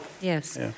Yes